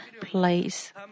place